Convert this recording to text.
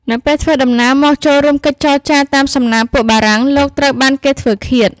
នៅពេលធ្វើដំណើរមកចូលរួមកិច្ចចរចាតាមសំណើពួកបារាំង លោកត្រូវបានគេធ្វើឃាត។